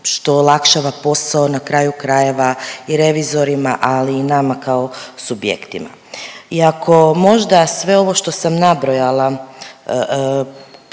što olakšava posao na kraju krajeva i revizorima, ali i nama kao subjektima. I ako možda sve ovo što sam nabrojala